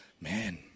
man